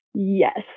Yes